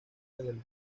algunos